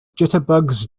jitterbugs